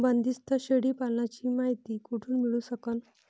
बंदीस्त शेळी पालनाची मायती कुठून मिळू सकन?